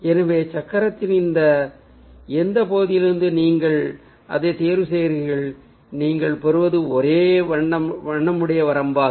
எனவே சக்கரத்தின் இந்த எந்தப் பகுதியிலிருந்தும் நீங்கள் அதைத் தேர்வு செய்கிறீர்கள் நீங்கள் பெறுவது ஒரே வண்ணமுடைய வரம்பாகும்